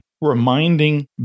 reminding